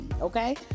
Okay